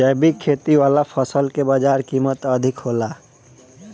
जैविक खेती वाला फसल के बाजार कीमत अधिक होला